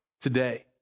today